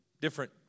different